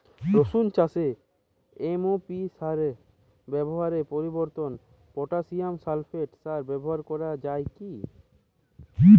রসুন চাষে এম.ও.পি সার ব্যবহারের পরিবর্তে পটাসিয়াম সালফেট সার ব্যাবহার করা যায় কি?